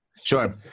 Sure